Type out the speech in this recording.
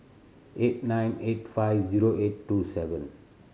eight nine eight five zero eight two seven